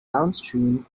downstream